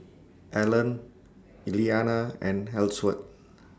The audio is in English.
Allan Elliana and Ellsworth